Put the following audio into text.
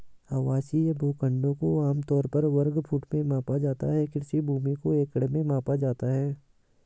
आवासीय भूखंडों को आम तौर पर वर्ग फुट में मापा जाता है, कृषि भूमि को एकड़ में मापा जाता है